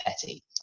Petty